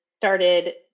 started